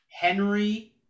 Henry